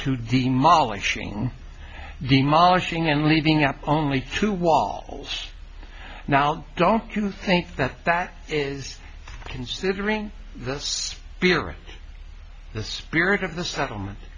ng demolishing and leaving out only two wall now don't you think that that is considering the spirit the spirit of the settlement